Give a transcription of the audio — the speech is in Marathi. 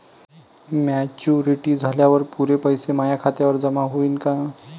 मॅच्युरिटी झाल्यावर पुरे पैसे माया खात्यावर जमा होईन का?